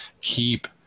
Keep